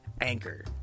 Anchor